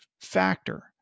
factor